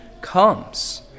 comes